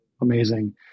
amazing